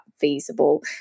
feasible